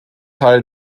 teil